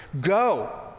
Go